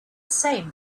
same